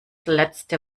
letzte